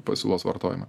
pasiūlos vartojimą